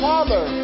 Father